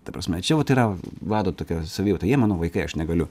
ta prasme čia jau tai yra vado tokia savijauta jie mano vaikai aš negaliu